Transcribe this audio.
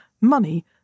money